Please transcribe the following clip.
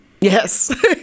Yes